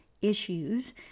issues